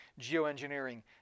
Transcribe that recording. geoengineering